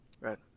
Right